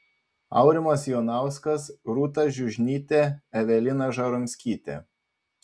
aurimas jonauskas rūta žiužnytė evelina žaromskytė